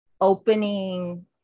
opening